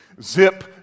zip